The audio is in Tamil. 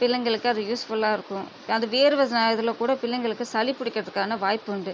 பிள்ளைங்களுக்கு அது யூஸ்ஃபுல்லாக இருக்கும் அது வேர்வை இதில் கூட பிள்ளைங்களுக்கு சளி பிடிக்கிறத்துக்கான வாய்ப்புண்டு